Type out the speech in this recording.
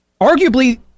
Arguably